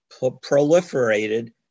proliferated